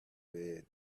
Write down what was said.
red